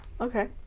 Okay